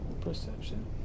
Perception